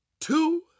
two